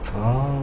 oh